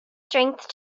strength